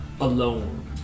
alone